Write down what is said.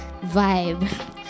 vibe